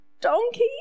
donkey